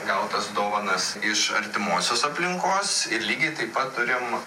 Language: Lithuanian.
gautas dovanas iš artimosios aplinkos ir lygiai taip pat turim